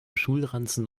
schulranzen